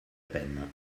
peine